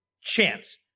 chance